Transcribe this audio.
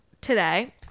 today